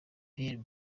pierre